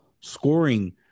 scoring